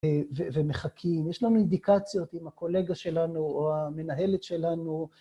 ומחכים, יש לנו אינדיקציות עם הקולגה שלנו או המנהלת שלנו,